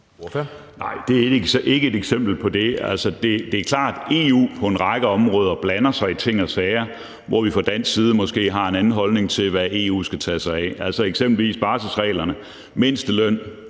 Nej, det er ikke et eksempel på det. Det er klart, at EU på en række områder blander sig i ting og sager, hvor vi fra dansk side måske har en anden holdning til, hvad EU skal tage sig af, eksempelvis barselsregler, mindsteløn